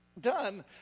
done